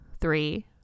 three